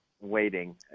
waiting